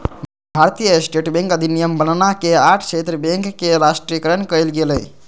भारतीय state bank अधिनियम बनना के आठ क्षेत्र बैंक के राष्ट्रीयकरण कइल गेलय